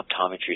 optometry